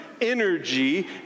energy